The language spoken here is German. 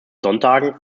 sonntagen